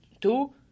two